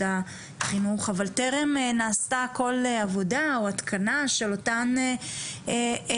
החינוך אבל טרם נעשתה כל עבודה או התקנה של אותן נהלים,